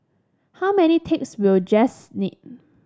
how many tapes will Jess need